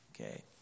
Okay